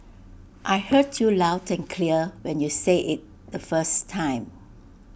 I heard you loud and clear when you said IT the first time